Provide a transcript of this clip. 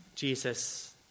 Jesus